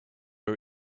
our